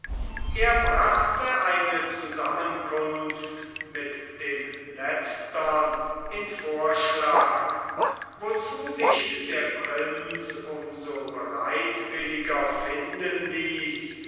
er brachte eine zusammenkunft mit dem letztern in vorschlag wozu sich der prinz um so bereitwilliger finden ließ